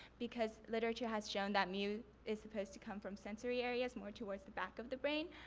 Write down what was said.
because literature has shown that mu is supposed to come from sensory areas, more towards the back of the brain.